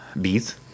Bees